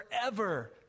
forever